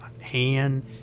hand